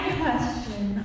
question